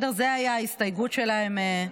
זו הייתה ההסתייגות שלהם.